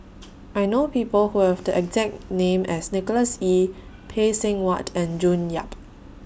I know People Who Have The exact name as Nicholas Ee Phay Seng Whatt and June Yap